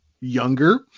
younger